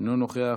אינו נוכח,